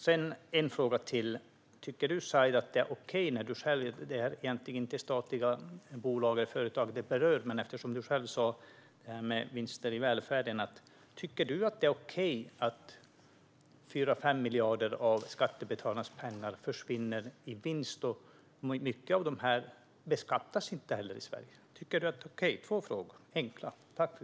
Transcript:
Sedan har jag en fråga till. Den berör egentligen inte statliga bolag eller företag. Men du tog själv upp detta med vinster i välfärden. Tycker du att det är okej att 4-5 miljarder av skattebetalarnas pengar försvinner i vinst och att mycket av detta inte beskattas i Sverige? Tycker du att det är okej? Det är två enkla frågor.